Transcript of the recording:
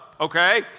Okay